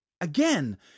Again